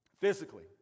physically